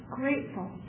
grateful